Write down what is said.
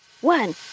one